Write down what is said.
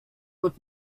with